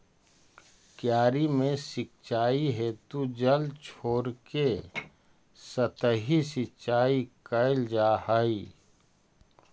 क्यारी में सिंचाई हेतु जल छोड़के सतही सिंचाई कैल जा हइ